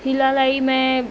हिलालाई में